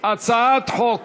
הצעת חוק